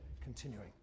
continuing